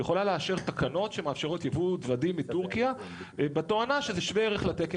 יכולה לאשר תקנות שמאפשרות ייבוא דודים מטורקיה בטענה שזה שווה ערך לתקני